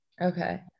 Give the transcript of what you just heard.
Okay